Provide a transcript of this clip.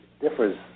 differs